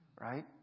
right